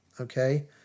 Okay